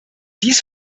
dies